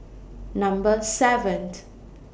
Number seven